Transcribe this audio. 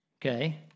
Okay